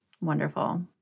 Wonderful